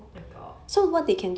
oh my god